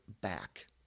back